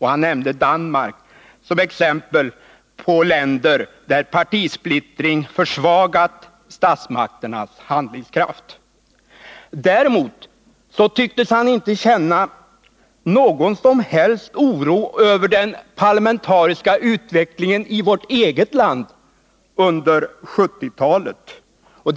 Han nämnde Danmark som exempel på ett land där partisplittring försvagat statsmakternas handlingskraft. Däremot tycktes han inte känna någon som helst oro över den parlamentariska utvecklingen i vårt eget land under 1970-talet.